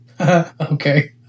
Okay